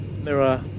mirror